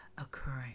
occurring